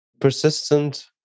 Persistent